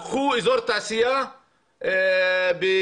לקחו אזור תעשייה בצומת